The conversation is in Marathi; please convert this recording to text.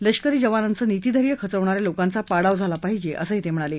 लष्करी जवानांचं नितीधैर्य खचवणाऱ्या लोकांचा पाडाव झाला पाहिजे असंही ते म्हणाले